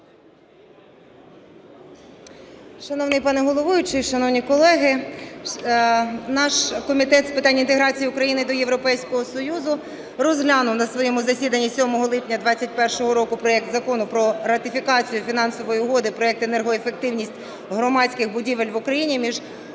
Шановний пане головуючий, шановні колеги, наш Комітет з питань інтеграції України до Європейського Союзу розглянув на своєму засіданні 7 липня 2021 року проект Закону про ратифікацію Фінансової угоди (Проект "Енергоефективність громадських будівель в Україні") між